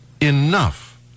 enough